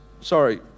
sorry